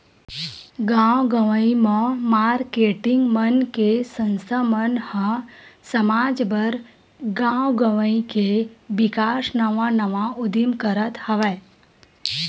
गाँव गंवई म मारकेटिंग मन के संस्था मन ह समाज बर, गाँव गवई के बिकास नवा नवा उदीम करत हवय